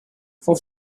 for